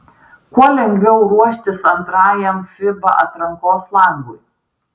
kuo lengviau ruoštis antrajam fiba atrankos langui